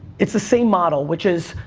it's the same model, which is,